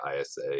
ISA